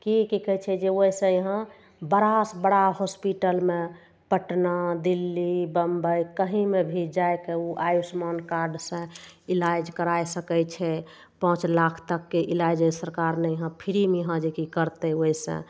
कि की कहय छै ओइ से यहाँ बड़ासँ बड़ा हॉस्पिटलमे पटना दिल्ली बम्बइ कहींमे भी जाइके उ आयुष्मान कार्डसँ इलाज कराय सकय छै पाँच लाख तकके इलाज सरकार फ्रीमे जेकि करतय ओइसँ